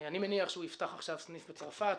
אני מניח שהוא יפתח עכשיו סניף בצרפת.